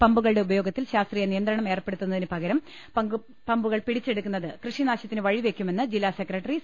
പമ്പുകളുടെ ഉപയോഗത്തിൽ ശാസ്ത്രീയ നിയന്ത്രണം ഏർപ്പെടുത്തുന്നതിന് പകരം പമ്പുകൾ പിടിച്ചെ ടുക്കുന്നത് കൃഷിനാശത്തിന് വഴിവെക്കുമെന്ന് ജില്ലാ സെക്ടടറി സി